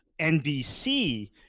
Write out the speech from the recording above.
NBC